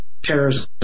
terrorism